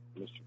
Mr